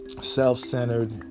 self-centered